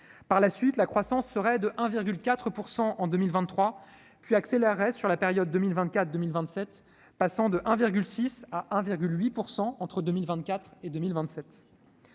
Par la suite, la croissance serait de 1,4 % en 2023, puis accélérerait sur la période 2024-2027, passant de 1,6 % à 1,8 % entre 2024 et 2027.